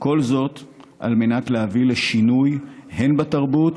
כל זאת על מנת להביא לשינוי הן בתרבות,